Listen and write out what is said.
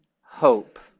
hope